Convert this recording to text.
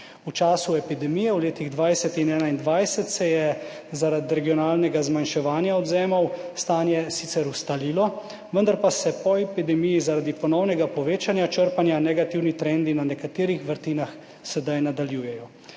V času epidemije v letih 2020 in 2021 se je zaradi regionalnega zmanjševanja odvzemov stanje sicer ustalilo, vendar pa se po epidemiji zaradi ponovnega povečanja črpanja negativni trendi na nekaterih vrtinah sedaj nadaljujejo.